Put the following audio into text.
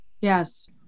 Yes